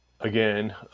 again